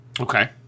Okay